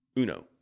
Uno